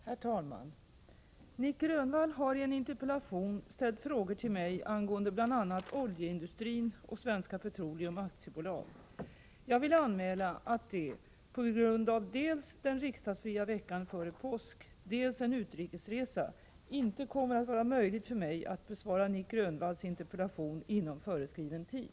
Herr talman! Nic Grönvall har i en interpellation ställt frågor till mig angående bl.a. oljeindustrin och Svenska Petroleum AB. Jag vill anmäla att det på grund av dels den riksdagsfria veckan före påsk, dels en utrikesresa inte kommer att vara möjligt för mig att besvara Nic Grönvalls interpellation inom föreskriven tid.